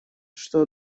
что